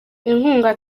inkunga